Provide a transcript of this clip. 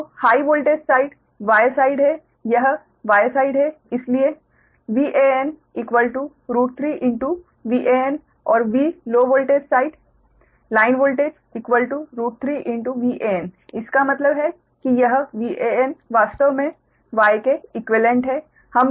तो high voltage side Y side है यह Y साइड है इसलिए VAn √𝟑 VAn और V low voltage side line voltage √𝟑 VAn इसका मतलब है कि यह VAn वास्तव में Y के इक्वीवेलेंट है